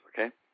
okay